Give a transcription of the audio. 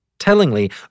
Tellingly